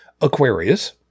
Aquarius